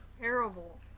terrible